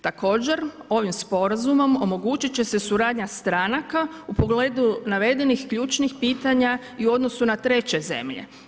Također ovim sporazumom omogućit će se suradnja stranaka u pogledu navedenih ključnih pitanja i u odnosu na treće zemlje.